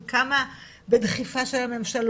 היא קמה בדחיפה של הממשלות,